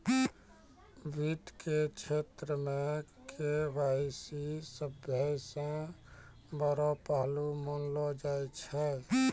वित्त के क्षेत्र मे के.वाई.सी सभ्भे से बड़ो पहलू मानलो जाय छै